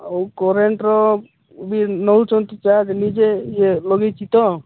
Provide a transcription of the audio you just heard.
ଆଉ କରେଣ୍ଟ୍ର ବି ନେଉଛନ୍ତି ଚାର୍ଜ ନିଜେ ଇଏ ଲଗେଇଛି ତ